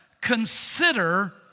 consider